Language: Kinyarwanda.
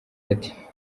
ati